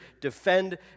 defend